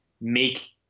make